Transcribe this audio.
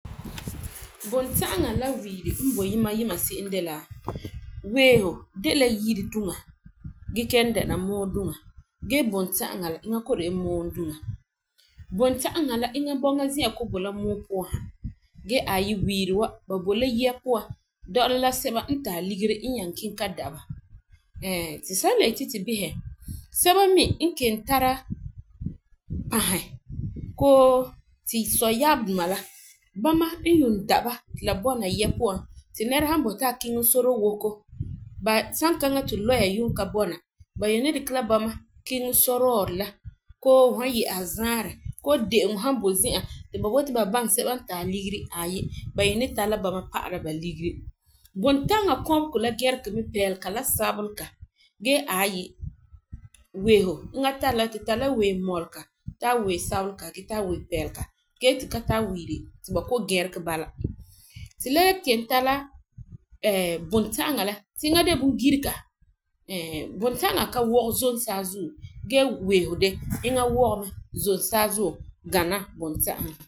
Bunta'aŋa la wehu n bo yima yima se'em de la, wehu de la yire duŋala muui duŋa gee bunta'aŋa iŋa ko'o de la muui duŋa. Bunta'aŋa iŋa buŋa zi'an ko'o bɔna la muui puan han gee aayi wiiri ba bo la yɛ puan dɔla la sɛba n tari ligeri n nyaŋɛ kiŋɛ ka da ba ti san yeti ti behe sɛba me n kelum tari pãhi koo ti sɔyaaduma la bama n yuum da ba ti la bɔna yɛ puan ti nɛra san boti a kiŋɛ sɔrɔwoko saŋa kaŋa ti lɔya ka bɔna kanyuum ni dikɛ la bama kiŋɛ sarɔ la koo hu han ye'eha zaarɛ koo de'eŋɔ han bo zi'an ti ba boti ba baŋɛ sɛba n tari ligeri aayi ba yuum ni tara la bama pa'ala ba ligeri. Bunta'aŋa kɔbegɔ la gɛregɛ mɛ la pɛɛlega la sabelega gee aayi wehu iŋa tari la, tu tari la wehu mɔlega la ta wehu pɛɛlega gee tara wehu sabelega gee tu ka tara wiiri ti ba geregɔ bala. Tu le kelum tara Bunta'aŋa la ti iŋa de la bungiriga Bunta'aŋa ka wogɛ zom saazuo gee wehu de iŋa wɔgɛ zom saazuo gee karegɛ.